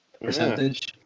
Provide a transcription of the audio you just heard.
percentage